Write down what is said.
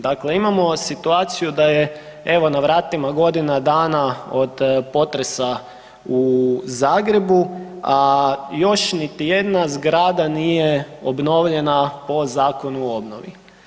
Dakle, imamo situaciju da je evo na vratima godina dana od potresa u Zagrebu a još niti jedna zgrada nije obnovljena po Zakonu o obnovi.